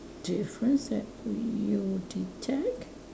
difference that we you detect